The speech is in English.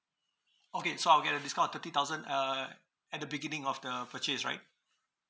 okay so I'll get a discount of thirty thousand uh at the beginning of the purchase right